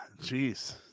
jeez